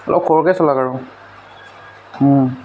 অলপ খৰকৈ চলাওক আৰু